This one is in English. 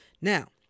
Now